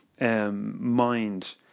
mind